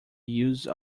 use